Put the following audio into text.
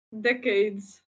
Decades